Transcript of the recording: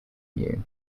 you